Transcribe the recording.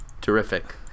Terrific